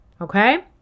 Okay